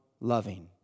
loving